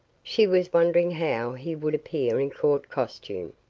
she was wondering how he would appear in court costume.